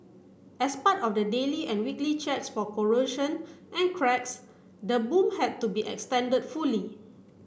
as part of the daily and weekly checks for corrosion and cracks the boom had to be extended fully